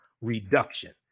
reduction